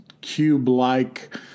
cube-like